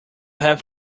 have